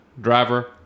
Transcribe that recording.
Driver